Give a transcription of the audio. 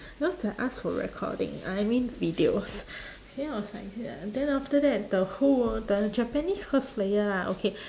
because I ask for recording I I mean videos then I was like then after that the who the japanese cosplayer ah okay